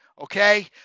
Okay